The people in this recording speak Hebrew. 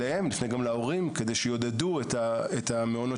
נפנה גם להורים כדי שיעודדו את המעונות